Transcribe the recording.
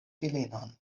filinon